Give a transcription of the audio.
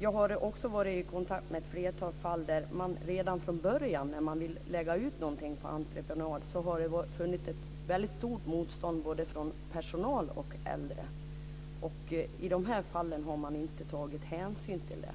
Jag har varit i kontakt med ett flertal fall där man redan från början, när man velat lägga ut någonting på entreprenad, har mött ett väldigt stort motstånd från både personal och äldre. I dessa fall har man inte tagit hänsyn till det.